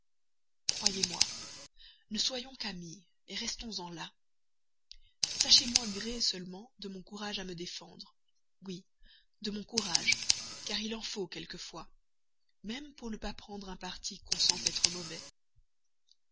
croyez-moi ne soyons qu'amis restons-en là sachez moi gré seulement de mon courage à me défendre oui de mon courage car il en faut quelquefois même pour ne pas prendre un parti qu'on sait mauvais